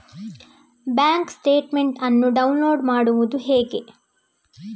Bank statement ಅನ್ನು download ಮಾಡುವುದು ಹೇಗೆ?